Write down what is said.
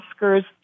Oscars